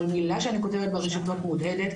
כל מילה שאני כותבת ברשתות מהודהדת,